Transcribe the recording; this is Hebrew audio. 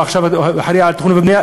שהוא עכשיו אחראי על התכנון והבנייה,